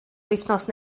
wythnos